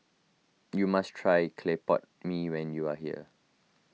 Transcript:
you must try Clay Pot Mee when you are here